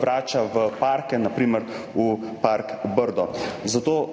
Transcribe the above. vrača v parke, na primer v park Brdo. Zato